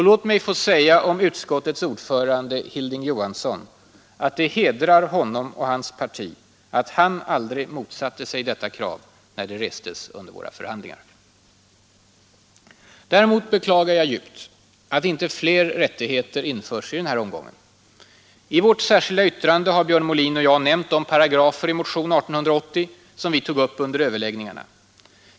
Låt mig få säga om utskottets ordförande, Hilding Johansson, att det hedrar honom och hans parti att han aldrig motsatte sig detta krav, när det restes under våra förhandlingar. Däremot beklagar jag djupt att inte fler rättigheter införs i den här omgången. I vårt särskilda yttrande har Björn Molin och jag nämnt de paragrafer i motionen 1880 som vi tog upp under överläggningarna.